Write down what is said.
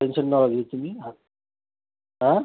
tension नका घेऊ तुम्ही हां आं